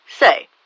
Say